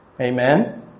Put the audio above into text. Amen